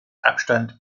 abstand